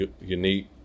unique